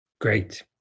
great